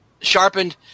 sharpened